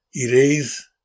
erase